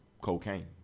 cocaine